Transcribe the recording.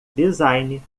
design